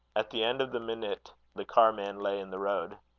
at the end of the minute, the carman lay in the road.